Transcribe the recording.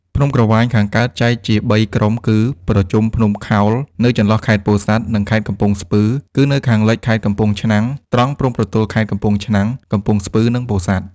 ភ្នំក្រវាញខាងកើត ចែកជាបីក្រុមគឺ ប្រជុំភ្នំខោល នៅចន្លោះខេត្តពោធិ៍សាត់ និងខេត្តកំពង់ស្ពឺ គឺនៅខាងលិចខេត្តកំពង់ ឆ្នាំង ត្រង់ព្រំប្រទល់ខេត្តកំពង់ឆ្នាំង កំពង់ស្ពឺ និងពោធិ៍សាត់ ។